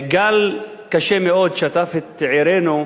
כשגל קשה מאוד שטף את עירנו,